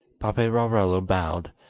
paperarello bowed,